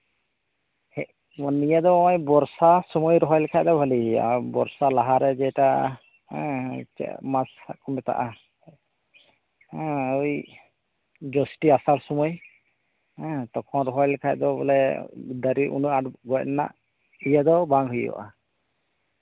ᱱᱤᱭᱟᱹ ᱫᱚ ᱵᱚᱨᱥᱟ ᱥᱚᱢᱚᱭ ᱨᱚᱦᱚᱭ ᱞᱮᱠᱷᱟᱱ ᱫᱚ ᱵᱷᱟᱹᱞᱤ ᱦᱩᱭᱩᱜᱼᱟ ᱵᱚᱨᱥᱟ ᱞᱟᱦᱟ ᱨᱮ ᱡᱮᱴᱟ ᱦᱩᱸ ᱪᱮᱫ ᱢᱟᱥ ᱦᱟᱸᱜ ᱠᱚ ᱢᱮᱛᱟᱜᱼᱟ ᱦᱩᱸ ᱳᱭ ᱡᱳᱥᱴᱤ ᱟᱥᱟᱲ ᱥᱚᱢᱚᱭ ᱦᱩᱸ ᱛᱚᱠᱷᱚᱱ ᱨᱚᱦᱚᱭ ᱞᱮᱠᱷᱟᱱ ᱵᱚᱞᱮ ᱫᱟᱨᱮ ᱩᱱᱟᱹᱜ ᱟᱸᱴ ᱜᱚᱡ ᱨᱮᱱᱟᱜ ᱤᱭᱟᱹ ᱫᱚ ᱵᱟᱝ ᱦᱩᱭᱩᱜᱼᱟ